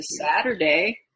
Saturday